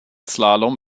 slalom